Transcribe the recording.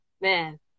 Man